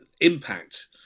impact